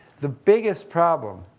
the biggest problem.